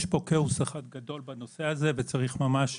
יש פה כאוס אחד גדול בנושא הזה וצריך ממש,